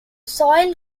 soil